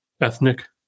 ethnic